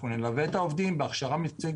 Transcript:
אנחנו נלווה את העובדים בהכשרה מקצועית